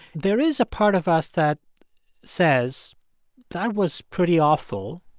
there is a part of us that says that was pretty awful,